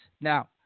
Now